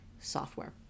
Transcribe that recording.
software